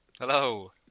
Hello